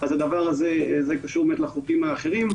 הדבר הזה קשור לחוקים האחרים.